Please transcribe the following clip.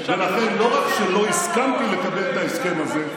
ולכן לא רק שלא הסכמתי לקבל את ההסכם הזה,